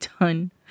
done